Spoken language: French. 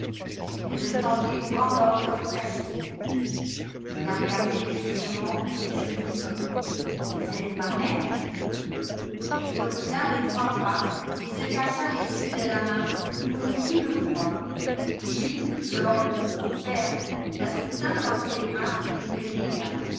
elle me tendit une grande enveloppe cachetée je la regardai fixement puis je lui dis vous êtes ma mère elle recula de trois pas et se cacha les yeux de la main pour ne plus me voir lui l'homme mon père la soutint dans ses bras et il me cria